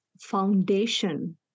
foundation